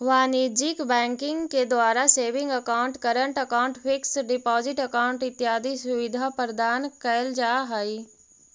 वाणिज्यिक बैंकिंग के द्वारा saving account, current account, fix deposit account इत्यादि सुविधा प्रदान कैल जा हइ